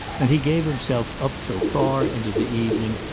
and he gave himself up till far into the evening,